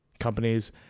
companies